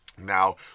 Now